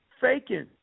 faking